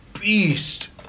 beast